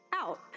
out